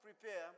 ...prepare